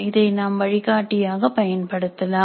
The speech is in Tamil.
இதை நாம் வழிகாட்டியாக பயன்படுத்தலாம்